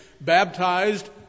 baptized